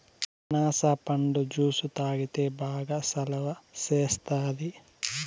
అనాస పండు జ్యుసు తాగితే బాగా సలవ సేస్తాది